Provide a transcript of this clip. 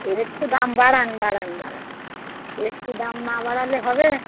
তেল একটু দাম বাড়ান বাড়ান বাড়ান একটু দাম না বাড়ালে হবে